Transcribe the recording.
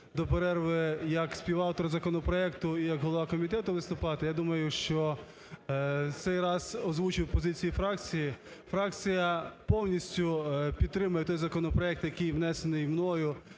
до перерви як співавтор законопроекту і як голова комітету виступати. Я думаю, що цей раз озвучу позицію фракції. Фракція повністю підтримує той законопроект, який внесений мною,